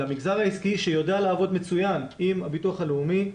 למגזר העסקי שיודע לעבוד מצוין עם הביטוח הלאומי.